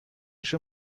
پیش